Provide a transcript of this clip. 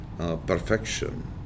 Perfection